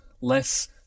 less